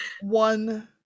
One